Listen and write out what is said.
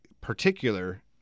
particular